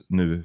nu